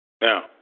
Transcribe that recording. Now